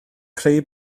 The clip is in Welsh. creu